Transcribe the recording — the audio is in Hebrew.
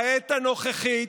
בעת הנוכחית,